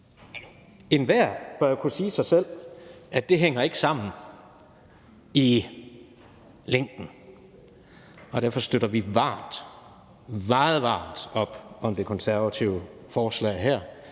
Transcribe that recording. Enhver bør kunne sige sig selv, at det ikke hænger sammen i længden. Derfor støtter vi meget varmt op om det konservative forslag her,